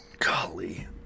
Golly